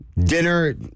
Dinner